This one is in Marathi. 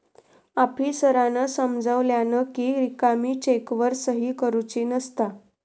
आफीसरांन समजावल्यानं कि रिकामी चेकवर सही करुची नसता